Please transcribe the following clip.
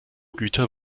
güter